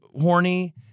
horny